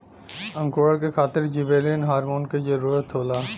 अंकुरण के खातिर जिबरेलिन हार्मोन क जरूरत होला